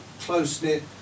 close-knit